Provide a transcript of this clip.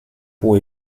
pour